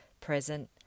present